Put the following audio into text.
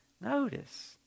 notice